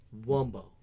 Wumbo